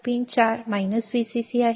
pin 4 VCC आहे